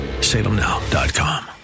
salemnow.com